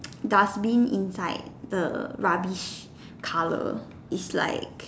dustbin inside the rubbish colour is like